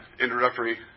introductory